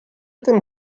tym